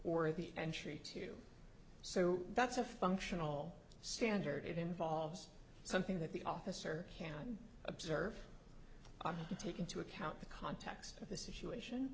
at the entry to so that's a functional standard it involves something that the officer can observe to take into account the context of the situation